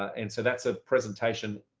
and so that's a presentation,